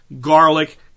garlic